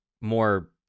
more